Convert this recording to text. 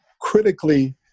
critically